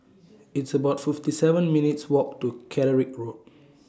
It's about fifty seven minutes' Walk to Catterick Road